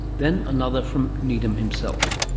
then another from needham himself.